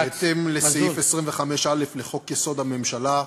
בהתאם לסעיף 25א לחוק-יסוד: הממשלה,